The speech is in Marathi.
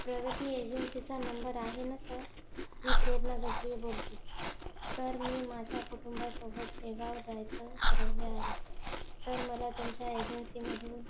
प्रगती एजन्सीचा नंबर आहे ना सर मी प्रेरना गजबिये बोलते आहे सर मी माझ्या कुटुंबासोबत शेगाव जायचं ठरवले आहे तर मला तुमच्या एजन्सीमधून